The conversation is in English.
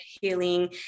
healing